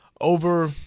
over